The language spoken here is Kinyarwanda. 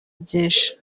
byinshi